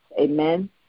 Amen